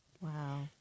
Wow